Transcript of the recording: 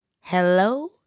Hello